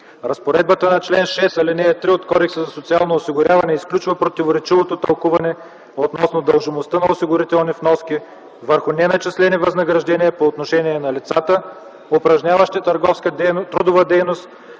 Разпоредбата на чл. 6, ал. 3 от Кодекса за социално осигуряване изключва противоречиво тълкуване относно дължимостта на осигурителни вноски върху неначислени възнаграждения по отношение на лицата, упражняващи трудова дейност